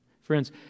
Friends